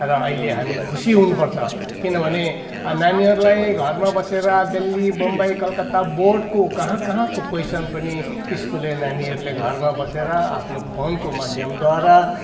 र अहिले हामी खुसी हुनुपर्छ किनभने नानीहरूलाई घरमा बसेर दिल्ली बम्बई कलकत्ता बोर्डको कहाँ कहाँको कोइसन पनि स्कुले नानीहरूले घरमा बसेर आफ्नो फोनको माध्यमद्वारा